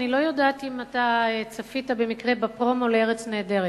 אני לא יודעת אם צפית במקרה בפרומו ל"ארץ נהדרת".